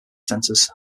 centers